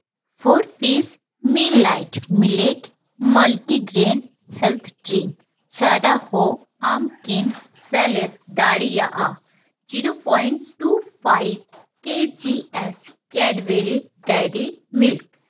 four piece meal light millet multi grain health drink ᱪᱷᱟᱰᱟ ᱦᱚᱸ ᱟᱢ ᱠᱤᱢ ᱥᱮᱞᱮᱫ ᱫᱟᱲᱮᱭᱟᱜᱼᱟ zero point two five K G S Cadbury Dairy milk